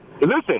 Listen